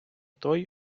той